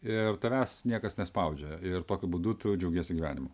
ir tavęs niekas nespaudžia ir tokiu būdu tu džiaugiesi gyvenimu